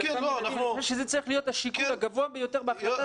זה צריך להיות השיקול הגבוה ביותר בהחלטה.